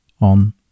on